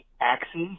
axes